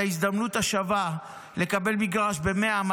ההזדמנות השווה לקבל מגרש ב-100,000,